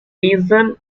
eden